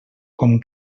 com